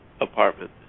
apartment